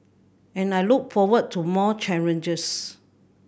and I look forward to more challenges